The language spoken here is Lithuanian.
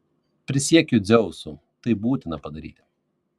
prisiekiu dzeusu tai būtina padaryti